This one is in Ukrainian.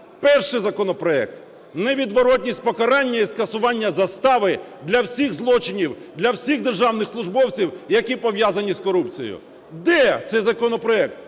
Перший законопроект: невідворотність покарання і скасування застави для всіх злочинів, для всіх державних службовців, які пов'язані з корупцією. Де цей законопроект?